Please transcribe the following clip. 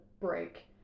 break